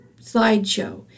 slideshow